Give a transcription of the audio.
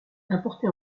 importé